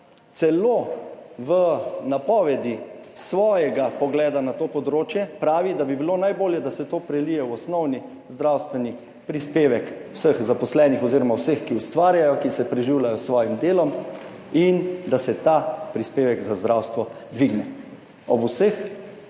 celo v napovedi svojega pogleda na to področje pravi, da bi bilo najbolje, da se to prelije v osnovni zdravstveni prispevek vseh zaposlenih oziroma vseh, ki ustvarjajo, ki se preživljajo s svojim delom, in da se ta prispevek za zdravstvo dvigne. Ob vseh